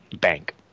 bank